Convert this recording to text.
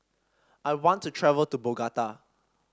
I want to travel to Bogota